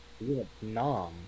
Vietnam